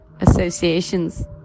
associations